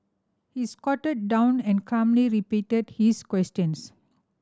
he squatted down and calmly repeated his questions